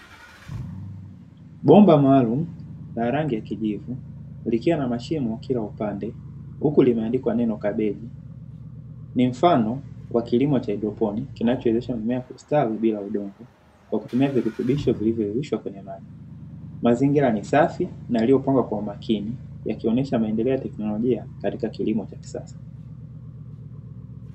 Bomba maalumu la rangi ya kijivu, likiwa na mashimo kila upande, huku limeandikwa neno kabeji. Ni mfano wa kilimo cha haidroponi, kinachowezesha mimea kustawi bila udongo, kwa kutumia virutubisho vilivyoyeyushwa kwenye maji. Mazingira ni safi na yaliyopangwa kwa umakini, yakionyesha maendeleo ya teknolojia katika kilimo cha kisasa.